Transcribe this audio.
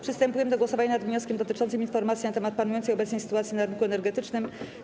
Przystępujemy do głosowania nad wnioskiem dotyczącym informacji na temat panującej obecnie sytuacji na rynku energetycznym.